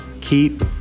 Keep